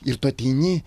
ir tu ateini